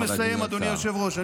אני מסיים, אדוני היושב-ראש.